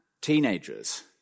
teenagers